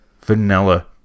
Vanilla